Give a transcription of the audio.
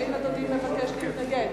האם אדוני מבקש להתנגד?